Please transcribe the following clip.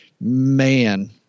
man